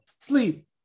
sleep